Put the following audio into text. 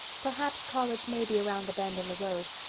perhaps college may be around the bend in the road,